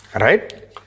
right